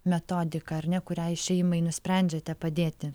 metodika ar ne kuriai šeimai nusprendžiate padėti